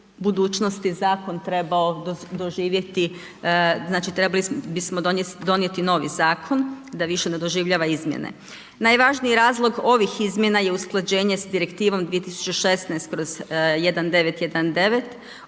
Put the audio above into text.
budućnosti zakon trebao doživjeti, znači trebali bismo donijeti novi zakon da više ne doživljava izmjene. Najvažniji razlog ovih izmjena je usklađenje sa Direktivom 2016/1919